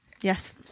Yes